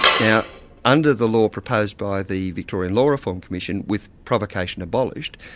now under the law proposed by the victorian law reform commission, with provocation abolished,